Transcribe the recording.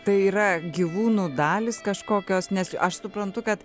tai yra gyvūnų dalys kažkokios nes aš suprantu kad